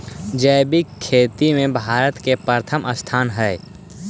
जैविक खेती में भारत के प्रथम स्थान हई